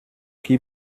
qui